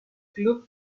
club